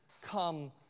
come